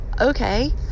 okay